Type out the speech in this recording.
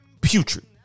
Putrid